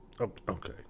Okay